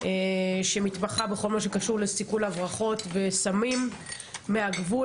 שמתמחה בכל מה שקשור לסיכול הברחות וסמים מהגבול.